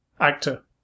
actor